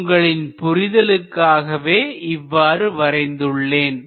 உங்களின் புரிதலுக்காகவே இவ்வாறு வரைந்துள்ளேன்